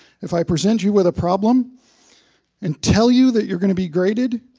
if i present you with a problem and tell you that you're going to be graded,